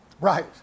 Right